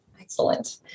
Excellent